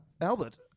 Albert